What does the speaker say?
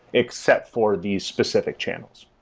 except for these specific channels.